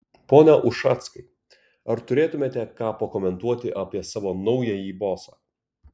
pone ušackai ar turėtumėte ką pakomentuoti apie savo naująjį bosą